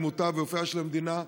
דמותה ואופייה של המדינה,